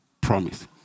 promise